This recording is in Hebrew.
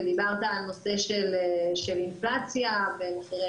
ודיברת על נושא של אינפלציה ומחירי